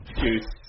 juice